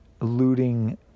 looting